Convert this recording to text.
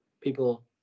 people